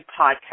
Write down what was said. Podcast